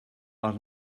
are